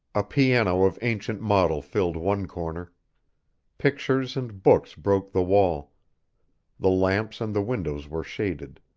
a piano of ancient model filled one corner pictures and books broke the wall the lamps and the windows were shaded